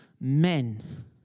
men